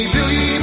Billy